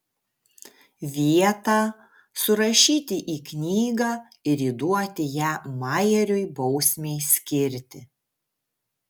vietą surašyti į knygą ir įduoti ją majeriui bausmei skirti